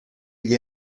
gli